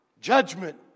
judgment